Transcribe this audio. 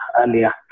earlier